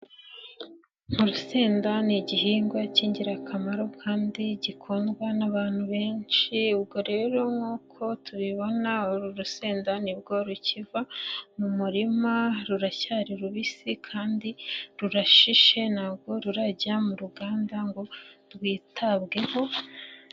Urusenda ni igihingwa k'ingirakamaro kandi gikundwa n'abantu benshi, ubwo rero nk'uko tubibona uru rusenda nibwo rukiva mu murima ruracyari rubisi kandi rurashishe ntabwo rurajya mu ruganda ngo rwitabweho.